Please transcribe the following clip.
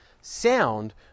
Sound